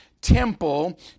temple